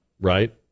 right